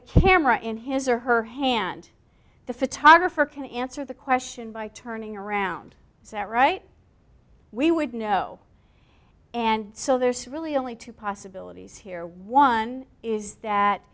a camera and his or her hand the photographer can answer the question by turning around so that right we would know and so there's really only two possibilities here one is that